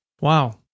Wow